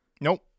Nope